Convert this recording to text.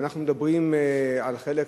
ואנחנו מדברים על חלק,